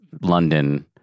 London